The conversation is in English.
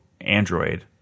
Android